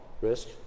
risk